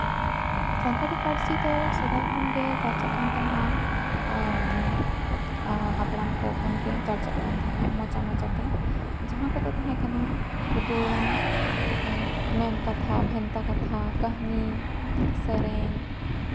ᱥᱟᱱᱛᱟᱲᱤ ᱯᱟᱹᱨᱥᱤ ᱫᱚ ᱥᱮᱫᱟᱭ ᱠᱷᱚᱱᱜᱮ ᱪᱟᱨᱪᱟᱜ ᱠᱟᱱ ᱛᱟᱦᱮᱸᱜᱼᱟ ᱦᱟᱯᱲᱟᱢ ᱠᱚ ᱠᱷᱚᱱ ᱜᱮ ᱪᱟᱨᱪᱟᱜ ᱠᱟᱱ ᱛᱟᱦᱮᱸᱜᱼᱟ ᱢᱚᱪᱟ ᱢᱚᱪᱟᱛᱮ ᱡᱟᱦᱟᱸ ᱠᱚᱫᱚ ᱛᱟᱦᱮᱸ ᱠᱟᱱᱟ ᱠᱩᱫᱩᱢ ᱢᱮᱱᱠᱟᱛᱷᱟ ᱵᱷᱮᱱᱛᱟ ᱠᱟᱛᱷᱟ ᱠᱟᱹᱦᱱᱤ ᱥᱮᱨᱮᱧ